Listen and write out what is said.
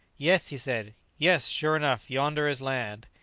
yes! he said yes sure enough, yonder is land.